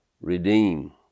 redeem